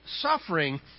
suffering